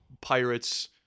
pirates